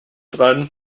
dran